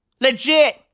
Legit